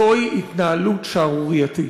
זוהי התנהלות שערורייתית.